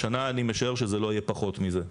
השנה אני משער שזה לא יהיה פחות מזה,